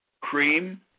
Cream